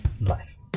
life